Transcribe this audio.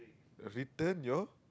return your